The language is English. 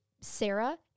Sarah